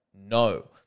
No